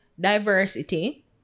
diversity